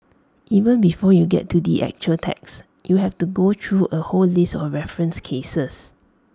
even before you get to the actual text you have to go through A whole list of referenced cases